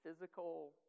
physical